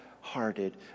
hearted